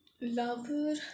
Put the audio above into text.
Lover